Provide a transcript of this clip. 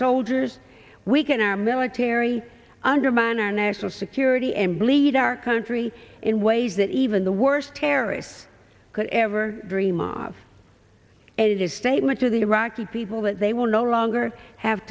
soldiers weaken our military undermine our national security and bleed our country in ways that even the worst terrorists could ever dream of is a statement to the iraqi people that they will no longer have